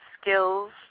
skills